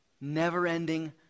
never-ending